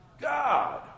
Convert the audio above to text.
God